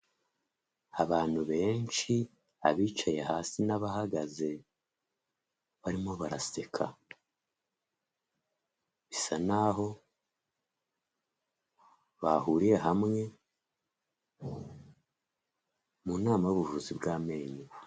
Abantu benshi abicaye hasi n'abahagaze barimo baraseka bisa naho bahuriye hamwe mu nama y'ubuvuzi bw'amenyo.